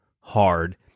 hard